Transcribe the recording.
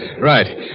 Right